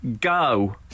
Go